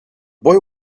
boy